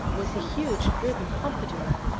with a huge, drooping pompadour,